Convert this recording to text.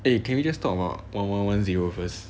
eh can we just talk about one one one zero first